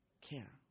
care